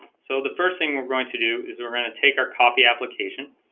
so the first thing we're going to do is we're going to take our copy application